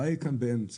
הבעיה היא כאן באמצע,